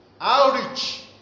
outreach